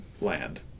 land